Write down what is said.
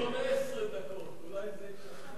תן לו 18 דקות, אולי זה ישכנע.